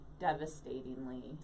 devastatingly